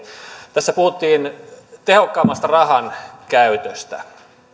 tässä puhuttiin tehokkaammasta rahan käytöstä